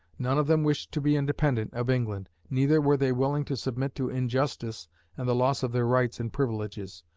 none of them wished to be independent of england. neither were they willing to submit to injustice and the loss of their rights and privileges.